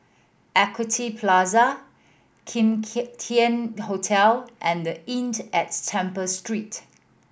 Equity Plaza Kim Tian Hotel and the at Temple Street